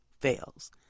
fails